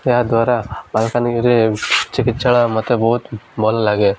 ଏହାଦ୍ୱାରା ମାଲକାନଗିରିରେ ଚିକିତ୍ସାଳୟ ମୋତେ ବହୁତ ଭଲ ଲାଗେ